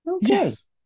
yes